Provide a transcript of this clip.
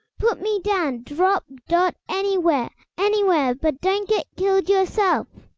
put me down drop dot anywhere, anywhere, but don't get killed yourself!